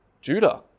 Judah